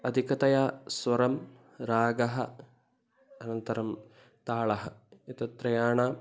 अधिकतया स्वरः रागः अनन्तरं तालः एतत्त्रयाणां